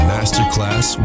Masterclass